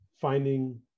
finding